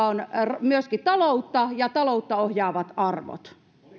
on myöskin taloutta ja taloutta ohjaavat arvot